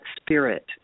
spirit